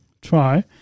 try